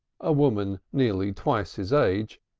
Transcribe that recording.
a woman nearly twice his age,